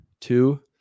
Two